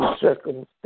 circumstance